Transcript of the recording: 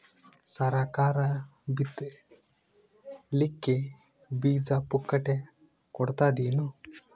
ಸರಕಾರ ಬಿತ್ ಲಿಕ್ಕೆ ಬೀಜ ಪುಕ್ಕಟೆ ಕೊಡತದೇನು?